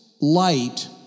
light